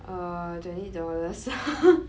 err twenty dollars